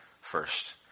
first